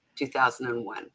2001